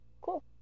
cool